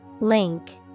Link